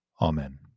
Amen